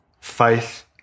faith